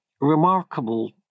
remarkable